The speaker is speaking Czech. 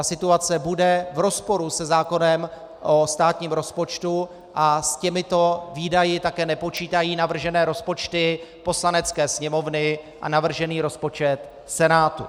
Situace bude v rozporu se zákonem o státním rozpočtu a s těmito výdaji také nepočítají navržené rozpočty Poslanecké sněmovny a navržený rozpočet Senátu.